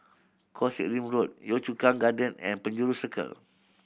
Koh Sek Lim Road Yio Chu Kang Gardens and Penjuru Circle